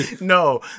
no